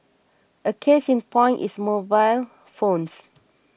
a case in point is mobile phones